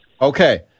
Okay